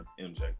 MJ